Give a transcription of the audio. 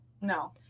No